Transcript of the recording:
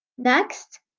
Next